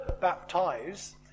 baptize